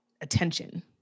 attention